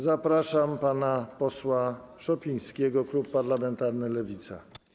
Zapraszam pana posła Szopińskiego, klub parlamentarny Lewica.